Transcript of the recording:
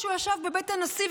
כשהוא ישב בבית הנשיא,